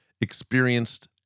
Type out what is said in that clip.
experienced